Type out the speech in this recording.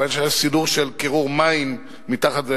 כיוון שהיה סידור של קירור מים מתחת,